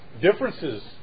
Differences